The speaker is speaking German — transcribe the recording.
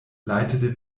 leitete